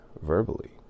verbally